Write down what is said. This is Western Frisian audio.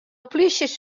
plysjes